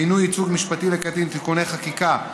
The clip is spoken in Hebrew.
מינוי ייצוג משפטי לקטין (תיקוני חקיקה),